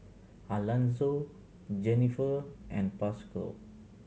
Alanzo Jenniffer and Pascal